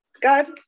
God